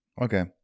Okay